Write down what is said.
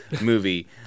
movie